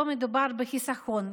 לא מדובר בחיסכון,